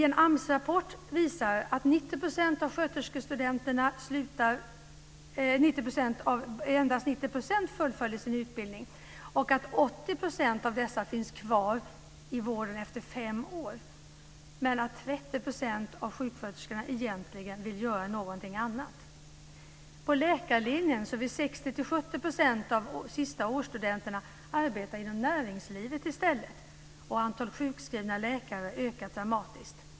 En AMS-rapport visar att endast 90 % sköterskestudenterna fullföljer sin utbildning och att 80 % av dessa finns kvar i vården efter fem år. Men 30 % av sjuksköterskorna vill egentligen göra någonting annat. På läkarlinjen vill 60-70 % av sistaårsstudenterna arbeta inom näringslivet i stället. Antalet sjukskrivna läkare har ökat dramatiskt.